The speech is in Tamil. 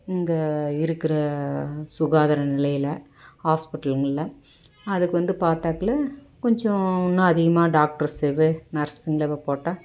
இங்கே இருக்கிற சுகாதார நிலையில் ஹாஸ்பிட்டலுங்களில் அதுக்கு வந்து பாத்தாக்கா கொஞ்சம் இன்னும் அதிகமாக டாக்டர்ஸ் நர்ஸுங்களை போட்டால்